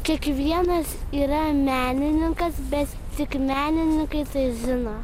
kiekvienas yra menininkas bet tik menininkai tai žino